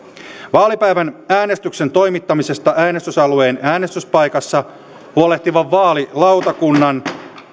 vaalipäivän äänestyksen toimittamisesta äänestysalueen äänestyspaikassa huolehtivan vaalilautakunnan